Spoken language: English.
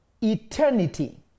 eternity